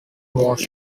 was